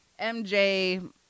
MJ